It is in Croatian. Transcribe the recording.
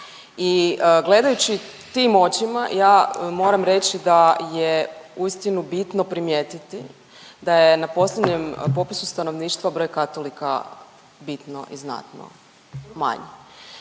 i gledajući tim očima, ja moram reći da je uistinu bitno primijetiti da je na posljednjem popisu stanovništva broj katolika bitno i znatno manji.